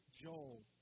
Joel